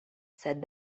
said